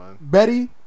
Betty